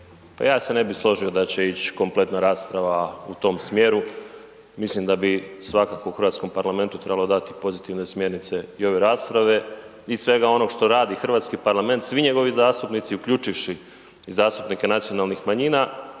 Pa ja se ne bih složio da će ići kompletna rasprava u tom smjeru, mislim da bi svakako u hrvatskom parlamentu trebalo dati pozitivne smjernice i ove rasprave i svega onoga što radi hrvatski parlament, svi njegovi zastupnici, uključivši i zastupnike nacionalnih manjina,